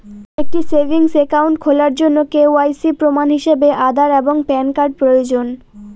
একটি savings account খোলার জন্য কে.ওয়াই.সি প্রমাণ হিসাবে আধার এবং প্যান কার্ড প্রয়োজন